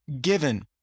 given